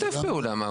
הוא ישתף פעולה, מה.